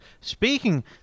Speaking